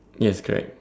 yes correct